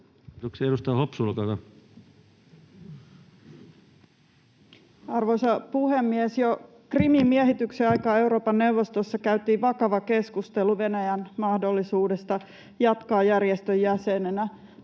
Arvoisa puhemies! Jo Krimin miehityksen aikaan Euroopan neuvostossa käytiin vakava keskustelu Venäjän mahdollisuudesta jatkaa järjestön jäsenenä.